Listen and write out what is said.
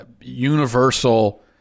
universal